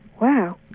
wow